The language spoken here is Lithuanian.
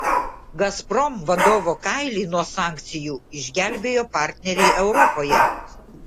gazprom vadovo kailį nuo sankcijų išgelbėjo partneriai europoje